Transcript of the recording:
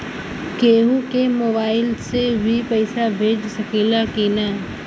केहू के मोवाईल से भी पैसा भेज सकीला की ना?